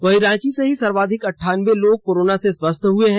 वहीं रांची से ही सर्वाधिक अंठानबे लोग कोरोना से स्वस्थ हुए हैं